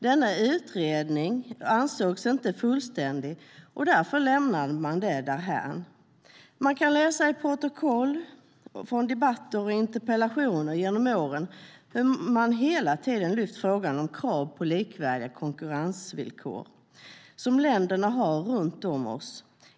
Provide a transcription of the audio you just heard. Men utredningen ansågs inte fullständig, och därför lämnades den därhän. Man kan i protokoll från debatter och interpellationer genom åren läsa hur man hela tiden har lyft frågan om krav på likvärdiga konkurrensvillkor, som länder har runt om oss.